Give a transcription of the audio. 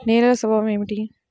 నేలల స్వభావం ఏమిటీ?